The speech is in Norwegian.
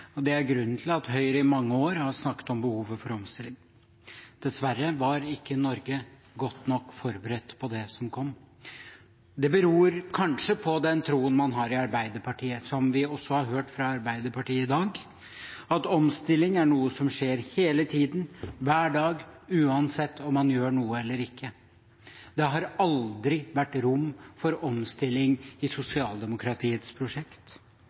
oljeavhengig. Dette er grunnen til at Høyre i mange år har snakket om behovet for omstilling. Dessverre var ikke Norge godt nok forberedt på det som kom. Det beror kanskje på den troen man har i Arbeiderpartiet, og som vi har hørt fra Arbeiderpartiet i dag, at omstilling er noe som skjer hele tiden, hver dag, uansett om man gjør noe eller ikke. Det har aldri vært rom for omstilling i sosialdemokratiets prosjekt.